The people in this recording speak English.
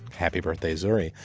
happy birthday, zori.